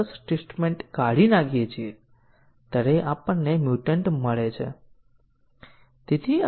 આપણે સ્ટેટમેન્ટ કવરેજની ચર્ચા કરી છે જે સૌથી નબળી હતી